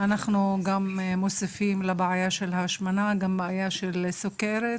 אנחנו מוסיפים לבעיית ההשמנה גם את בעיית הסוכרת,